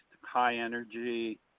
high-energy